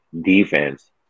defense